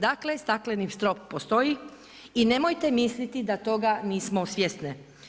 Dakle, stakleni strop postoji i nemojte misliti da toga nismo svjesne.